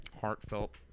heartfelt